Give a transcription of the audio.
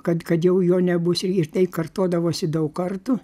kad kad jau jo nebus ir tai kartodavosi daug kartų